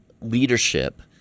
leadership